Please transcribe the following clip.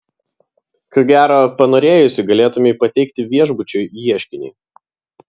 ko gero panorėjusi galėtumei pateikti viešbučiui ieškinį